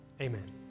Amen